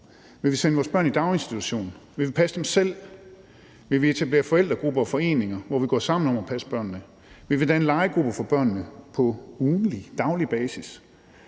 Vil vi sende vores børn i daginstitution? Vil vi passe dem selv? Vil vi etablere forældregrupper og foreninger, hvor vi går sammen om at passe børnene? Vil vi danne legegrupper for børnene på ugentlig eller daglig basis?